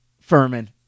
Furman